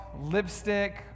lipstick